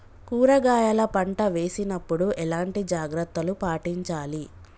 కూరగాయల పంట వేసినప్పుడు ఎలాంటి జాగ్రత్తలు పాటించాలి?